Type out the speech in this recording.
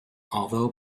although